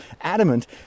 adamant